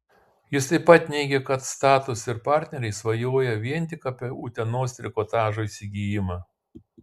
jis taip pat neigė kad status ir partneriai svajoja vien tik apie utenos trikotažo įsigijimą